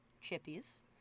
Chippies